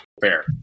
Fair